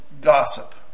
gossip